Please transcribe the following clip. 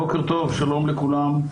בוקר טוב, שלום לכולם.